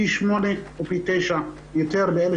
פי שמונה או פי תשעה יותר מבין אלה